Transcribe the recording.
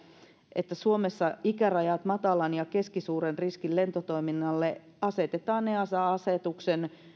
että suomessa ikärajat matalan ja keskisuuren riskin lentotoiminnalle asetetaan easa asetuksen